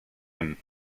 him